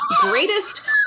greatest